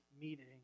meeting